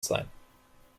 sein